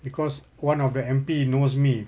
because one of the M_P knows me